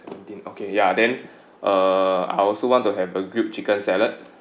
okay ya then uh I also want to have a grilled chicken salad